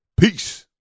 Peace